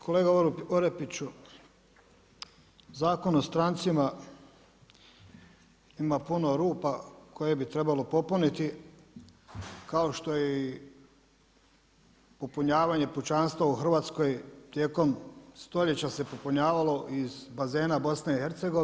Kolega Orepiću, Zakon o strancima, ima puno rupa koje bi trebalo popuniti, kao što je i popunjavanje pučanstva u Hrvatskoj tijekom stoljeća se popunjavalo iz bazena BIH.